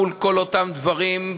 מול כל אותם דברים,